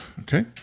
Okay